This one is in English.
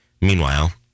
Meanwhile